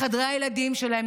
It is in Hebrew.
לחדרי הילדים שלהם,